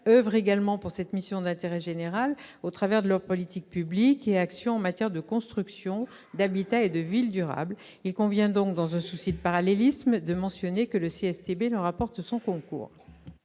oeuvrent également pour cette mission d'intérêt général au travers de leurs politiques publiques et actions en matière de construction, d'habitat et de ville durable. Il convient donc, dans un souci de parallélisme, de mentionner que le CSTB leur apporte son concours.